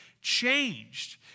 changed